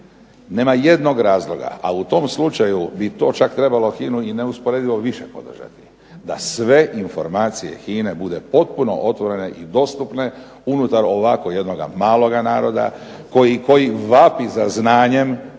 Nema jednog razloga, a u tom slučaju bi to trebalo HINA-u i neusporedivo podržati, da sve informacije HINA-e budu potpuno otvorene i dostupne unutar ovako jednog malog naroda koji vapi za znanjem,